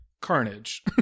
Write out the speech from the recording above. carnage